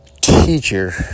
teacher